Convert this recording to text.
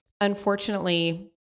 Unfortunately